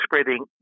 spreading